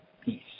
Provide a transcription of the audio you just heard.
Peace